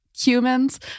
humans